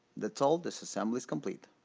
that's all, disassembly is complete